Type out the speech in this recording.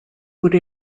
would